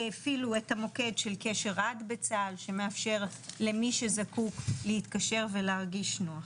הפעילו את המוקד של קשר עד בצה"ל שמאפשר למי שזקוק להתקשר ולהרגיש נוח.